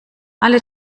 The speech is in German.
alle